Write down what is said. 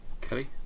Kelly